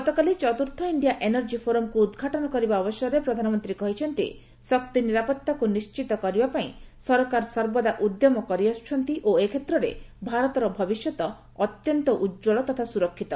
ଗତକାଲି ଚତୁର୍ଥ India energy ଫୋରମକୁ ଉଦ୍ଘାଟନ କରିବା ଅବସରରେ ପ୍ରଧାନମନ୍ତ୍ରୀ କହିଛନ୍ତି ଶକ୍ତି ନିରାପତ୍ତାକୁ ନିଶ୍ଚିତ କରିବା ପାଇଁ ସରକାର ସର୍ବଦା ଉଦ୍ୟମ କରିଆସୁଛନ୍ତି ଓ ଏ କ୍ଷେତ୍ରରେ ଭାରତର ଭବିଷ୍ୟତ ଅତ୍ୟନ୍ତ ଉଜ୍ଜଳ ତଥା ସୁରକ୍ଷିତ